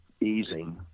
easing